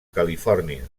califòrnia